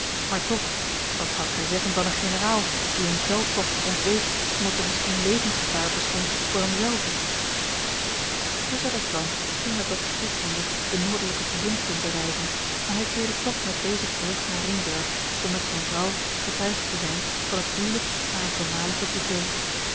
maar toch wat zoudt gij zeggen van een generaal die een veldtocht ontweek omdat er misschien levensgevaar bestond voor hem zelven professor desvannes ging met dokter friedlander de noordelijke provinciën bereizen maar hij keerde toch met dezen terug naar ringburg om met zijne vrouw getuige te zijn van het huwelijk harer voormalige pupil